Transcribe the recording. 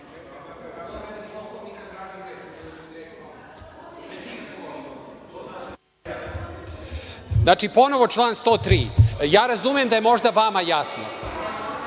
Znači, ponovo član 103. Ja razumem da je možda vama jasno,